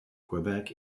quebec